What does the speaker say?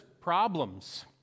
problems